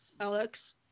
Alex